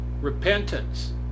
Repentance